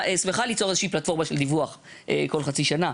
שמחה ליצור איזושהי פלטפורמה של דיווח כל חצי שנה.